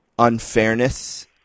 unfairness